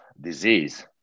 disease